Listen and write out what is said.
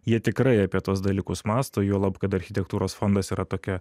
jie tikrai apie tuos dalykus mąsto juolab kad architektūros fondas yra tokia